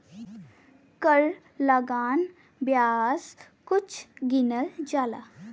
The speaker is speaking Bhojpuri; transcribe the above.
कर लगान बियाज कुल गिनल जाला